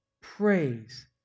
praise